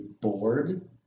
bored